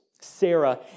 Sarah